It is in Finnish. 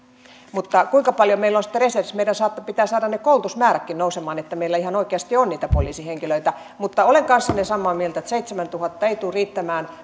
mutta kuinka paljon meillä on sitten reservissä meidän pitää saada ne koulutusmäärätkin nousemaan että meillä ihan oikeasti on niitä poliisihenkilöitä mutta olen kanssanne samaa mieltä että seitsemäntuhatta ei tule riittämään